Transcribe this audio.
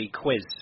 quiz